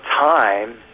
time